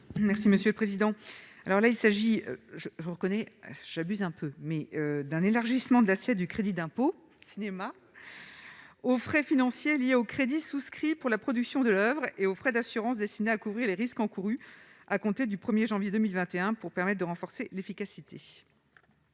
Merci monsieur le président, alors là il s'agit je vous reconnais j'abuse un peu, mais d'un élargissement de l'assiette du crédit d'impôt, cinéma. Aux frais financiers liés aux crédits souscrits pour la production de l'oeuvre et aux frais d'assurance destiné à couvrir les risques encourus à compter du 1er janvier 2021 pour permettent de renforcer l'efficacité.